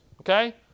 okay